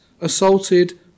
assaulted